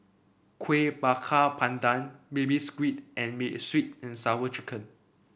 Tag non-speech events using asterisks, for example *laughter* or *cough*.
Kuih Bakar Pandan Baby Squid and *unintelligible* sweet and Sour Chicken